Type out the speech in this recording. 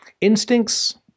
Instincts